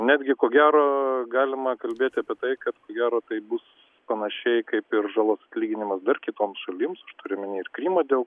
netgi ko gero galima kalbėti apie tai kad ko gero tai bus panašiai kaip ir žalos atlyginimas dar kitoms šalims aš turiu omeny ir krymą dėl